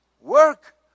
work